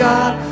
God